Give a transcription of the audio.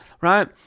right